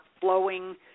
flowing